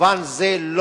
במובן זה,